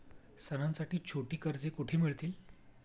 सणांसाठी छोटी कर्जे कुठे मिळतील?